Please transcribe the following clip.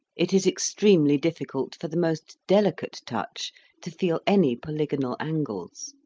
it is extremely difficult for the most delicate touch to feel any polygonal angles.